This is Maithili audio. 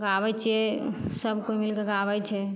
गाबय छियै सब कोइ मिलके गाबय छै